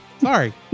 Sorry